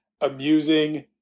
amusing